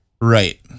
Right